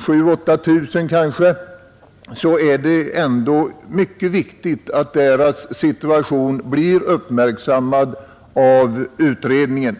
7 000 å 8 000 kanske — så är det ändå mycket viktigt att deras situation blir uppmärksammad av utredningen.